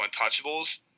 untouchables